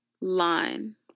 line